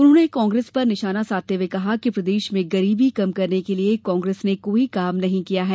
उन्होंने कांग्रेस पर निशाना साधते हुए कहा कि प्रदेश में गरीबी कम करने के लिये कांग्रेस ने कोई काम नहीं किया है